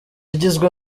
igizwe